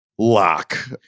Lock